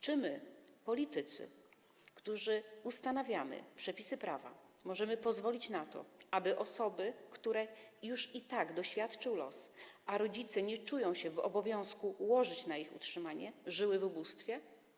Czy my, politycy, którzy ustanawiamy przepisy prawa, możemy pozwolić na to, aby osoby, które już i tak doświadczył los, gdy rodzice nie czują się w obowiązku łożyć na ich utrzymanie, żyły w ubóstwie?